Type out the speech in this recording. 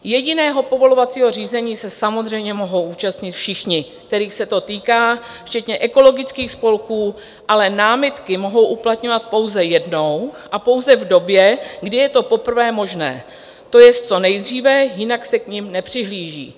Jediného povolovacího řízení se samozřejmě mohou účastnit všichni, kterých se to týká, včetně ekologických spolků, ale námitky mohou uplatňovat pouze jednou a pouze v době, kdy je to poprvé možné, to jest co nejdříve, jinak se k nim nepřihlíží.